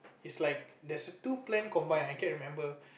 is like there's a two plan combined I can't remember